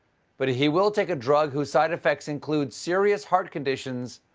but he will take a drug whose side effects include serious heart conditions,